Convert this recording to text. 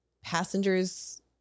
passengers